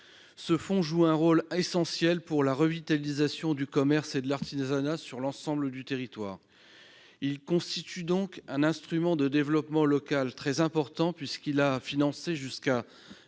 Ce fonds joue un rôle essentiel pour la revitalisation du commerce et de l'artisanat sur l'ensemble du territoire. Il constitue donc un instrument de développement local très important, puisqu'il a financé jusqu'à